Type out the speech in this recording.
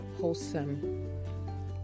wholesome